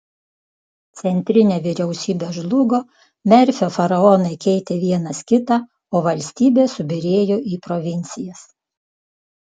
centrinė vyriausybė žlugo merfio faraonai keitė vienas kitą o valstybė subyrėjo į provincijas